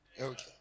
Okay